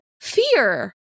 fear